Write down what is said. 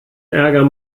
ärger